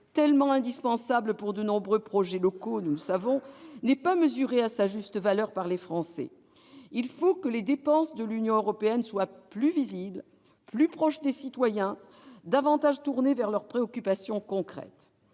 tellement indispensable pour de nombreux projets locaux, n'est pas mesurée à sa juste valeur par les Français. Il faut que les dépenses de l'Union européenne soient plus visibles, plus proches des citoyens, davantage tournées vers leurs préoccupations concrètes.